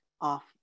off